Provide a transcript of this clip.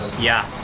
yeah,